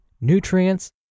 nutrients